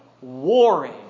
warring